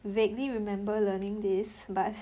vaguely remember learning this but